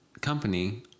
company